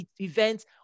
events